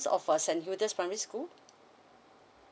of sanyudas primary school